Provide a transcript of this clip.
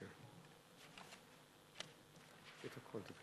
ההצעה להעביר את הצעת חוק העונשין (תיקון,